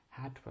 Hatwell